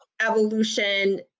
evolution